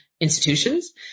institutions